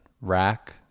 rack